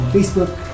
Facebook